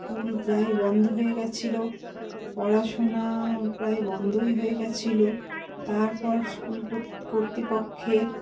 school প্রায় বন্ধ হয়েগেছিলো পড়াশুনা প্রায় বন্ধই হয়েগেছিলো তারপর স্কুল কর্তৃপক্ষের